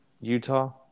Utah